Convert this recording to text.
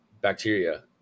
bacteria